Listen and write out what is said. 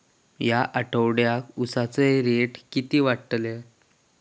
या आठवड्याक उसाचो रेट किती वाढतलो?